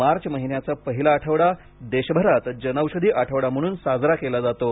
मार्च महिन्याचा पहिला आठवडा देशभरात जनौषधी आठवडा म्हणून साजरा केला जातो